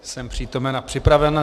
Jsem přítomen a připraven.